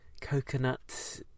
coconut